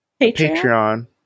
Patreon